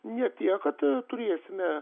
ne tiek kad turėsime